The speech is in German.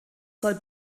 soll